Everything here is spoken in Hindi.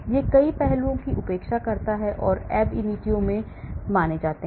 यह कई पहलुओं की उपेक्षा करता है जो अब इनिटियो में माने जाते हैं